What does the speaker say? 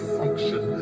function